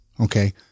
Okay